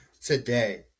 today